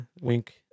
Wink